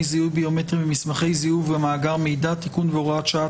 זיהוי ביומטריים במסמכי זיהוי ובמאגר מידע (תיקון והוראת שעה),